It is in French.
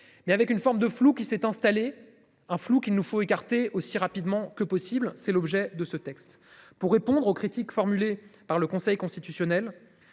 Mais avec une forme de flou qui s'est installé un flou qu'il nous faut écarter aussi rapidement. Que possible. C'est l'objet de ce texte pour répondre aux critiques formulées par le Conseil constitutionnel